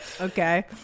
Okay